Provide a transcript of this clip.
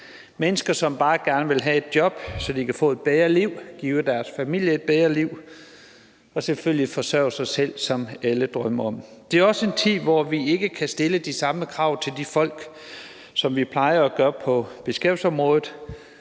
mennesker, som bare gerne vil have et job, så de kan få et bedre liv, give deres familie et bedre liv og selvfølgelig forsørge sig selv, som alle drømmer om. Det er også en tid, hvor vi ikke kan stille de samme krav til folk på beskæftigelsesområdet,